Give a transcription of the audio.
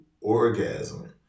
orgasm